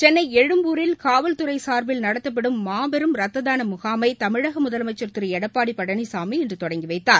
சென்னைஎழும்பூரில் காவல்துறைசா்பில் நடத்தப்படும் மாபெரும் ரத்ததானமுகாமைதமிழகமுதலமைச்சா் திருளடப்பாடிபழனிசாமி இன்றுதொடங்கிவைத்தாா்